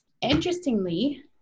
Interestingly